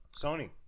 Sony